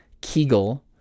Kegel